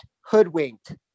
hoodwinked